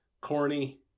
Corny